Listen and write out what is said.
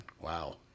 Wow